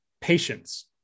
patience